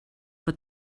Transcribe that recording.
but